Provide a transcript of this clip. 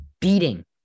beating